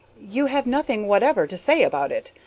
you have nothing whatever to say about it,